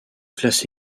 classe